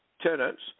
tenants